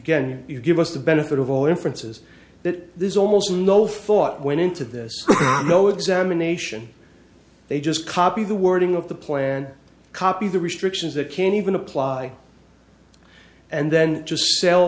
can you give us the benefit of all inferences that there's almost no thought went into this no examination they just copy the wording of the plan copy the restrictions that can even apply and then just sell